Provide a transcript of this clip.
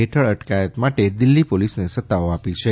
હેઠળ અટકાયત માટે દિલ્લી પોલીસને સત્તાઓ આપી છે